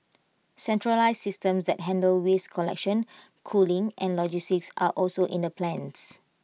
centralised systems that handle waste collection cooling and logistics are also in the plans